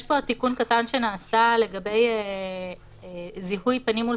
יש פה תיקון קטן שנעשה לגבי זיהוי פנים מול